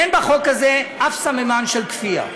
אין בחוק הזה אף סממן של כפייה,